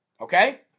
Okay